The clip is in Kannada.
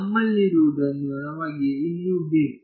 ನಮ್ಮಲ್ಲಿರುವದನ್ನು ನಮಗೆ ಇನ್ನೂ ಬೇಕು